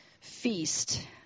feast